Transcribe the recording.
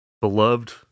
beloved